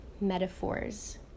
metaphors